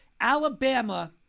Alabama